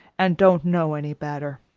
and don't know any better.